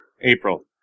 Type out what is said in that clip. April